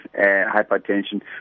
hypertension